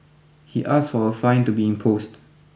he asked for a fine to be imposed